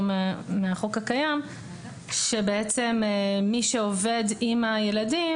מהחוק הקיים שבעצם מי שעובד עם הילדים,